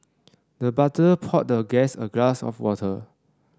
the butler poured the guest a glass of water